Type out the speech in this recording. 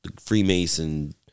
Freemason